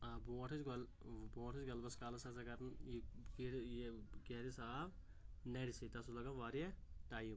ٲں بونٛٹھ ٲسۍ گل بونٛٹھ ٲسۍ گلبس کالس حظ اگر نہٕ یہِ کِہرِس یہِ کِہرِس آب نَرِ سۭتۍ تتھ اوس لگان وارِیاہ ٹایِم